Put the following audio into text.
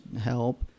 help